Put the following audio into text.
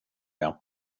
jag